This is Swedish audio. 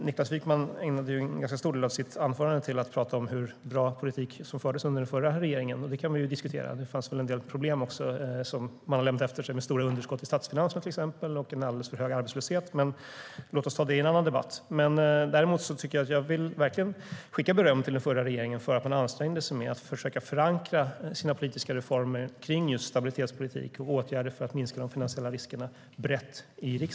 Niklas Wykman ägnade en ganska stor del av sitt anförande åt att prata om vilken bra politik som fördes under den förra regeringen, och det kan vi ju diskutera. Det fanns väl också en del problem som man lämnade efter sig, bland annat stora underskott i statsfinanserna och en alldeles för hög arbetslöshet. Men låt oss ta det i en annan debatt. Däremot vill jag verkligen skicka med beröm till den förra regeringen för att man ansträngde sig för att brett i riksdagen förankra sina politiska reformer för stabilitetspolitik och åtgärder för att minska de finansiella riskerna.